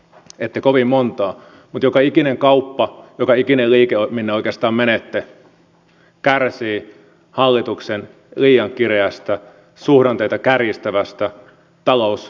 ette kovin montaa mutta joka ikinen kauppa joka ikinen liike minne oikeastaan menette kärsii hallituksen liian kireästä suhdanteita kärjistävästä finanssipolitiikasta